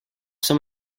some